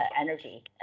energy